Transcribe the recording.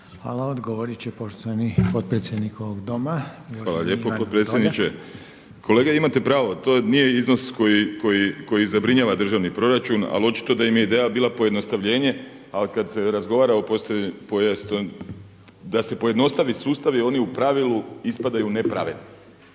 uvaženi Ivan Vrdoljak. **Vrdoljak, Ivan (HNS)** Hvala lijepo potpredsjedniče. Kolega imate pravo. To nije iznos koji zabrinjava državni proračun, ali očito da im je ideja bila pojednostavljenje. Ali kad se razgovara, da se pojednostavi sustav oni u pravilu ispadaju nepravedni.